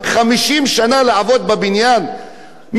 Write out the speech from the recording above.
מישהו מכם פעם ניסה לעבוד בבניין?